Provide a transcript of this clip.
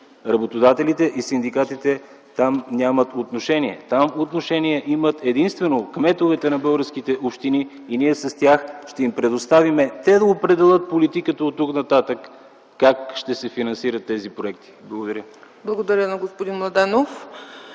Работодателите и синдикатите там нямат отношение, там отношение имат единствено кметовете на българските общини и ние ще им предоставим те да определят политиката оттук нататък как ще се финансират тези проекти. Благодаря. ПРЕДСЕДАТЕЛ ЦЕЦКА ЦАЧЕВА: Благодаря на господин Младенов.